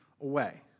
away